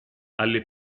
alle